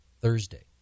Thursday